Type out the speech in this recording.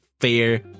fair